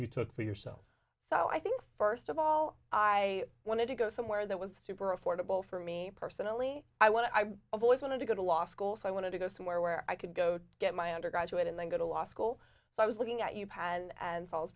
you took for yourself so i think first of all i wanted to go somewhere that was super affordable for me personally i want i avoid wanted to go to law school so i wanted to go somewhere where i could go to get my undergraduate and then go to law school so i was looking at you pad and falls